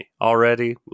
already